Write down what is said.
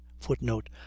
Footnote